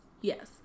yes